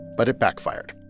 but it backfired.